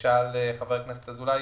של חבר הכנסת אזולאי,